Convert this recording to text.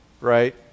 right